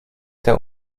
der